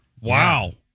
Wow